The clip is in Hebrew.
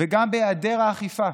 וגם בהיעדר האכיפה.